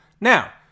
Now